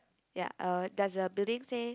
ya uh does the building say